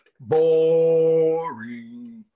Boring